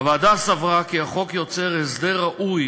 הוועדה סברה כי החוק יוצר הסדר ראוי